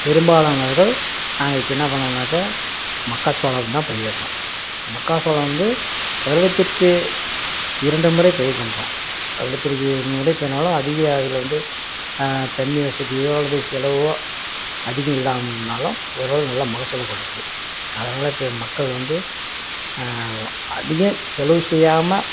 பெரும்பாலானர்கள் நாங்கள் இப்போ என்னா பண்ணணுனாக்க மக்காச்சோளந்தான் பயிரிடுறோம் மக்காசோளம் வந்து வருடத்திற்கு இரண்டுமுறை பயிர் பண்ணுறோம் வருடத்திற்கு இரண்டுமுறை பண்ணாலும் அதிக அதில் வந்து தண்ணி வசதியோ அல்லது செலவோ அதிகம் இல்லைன்னாலும் ஓரளவு நல்ல மகசூலும் கொடுக்குது அதனால் இப்போ மக்கள் வந்து அதிக செலவு செய்யாமல்